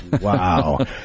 Wow